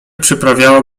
przyprawiało